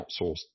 outsourced